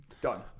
Done